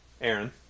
Aaron